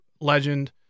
legend